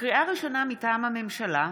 לקריאה ראשונה, מטעם הממשלה: